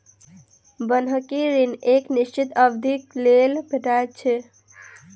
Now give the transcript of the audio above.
बन्हकी ऋण एक निश्चित अवधिक लेल भेटैत छै